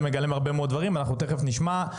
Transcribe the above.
זה מגלם הרבה מאוד דברים ותכף נשמע.